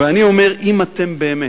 ואני אומר, אם אתם באמת,